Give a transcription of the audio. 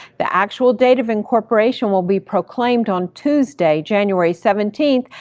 the actual date of incorporation will be proclaimed on tuesday, january seventeen,